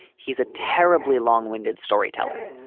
he's a terribly long winded storyteller.